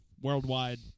worldwide